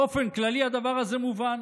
באופן כללי הדבר הזה מובן.